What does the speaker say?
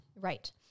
Right